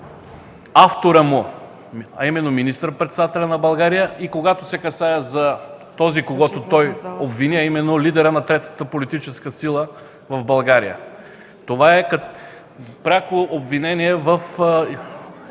автора му, а именно министър-председателят на България, и когато се касае за този, когото той обвини – лидерът на третата политическа сила в България. Това е пряко обвинение в